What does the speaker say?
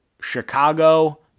Chicago